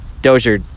Dozier